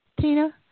Tina